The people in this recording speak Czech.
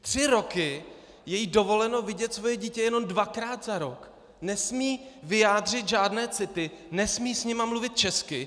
Tři roky je jí dovoleno vidět svoje dítě jenom dvakrát za rok, nesmí vyjádřit žádné city, nesmí s nimi mluvit česky!